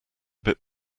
bit